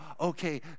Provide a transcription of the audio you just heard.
okay